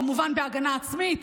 כמובן בהגנה עצמית.